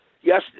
Yes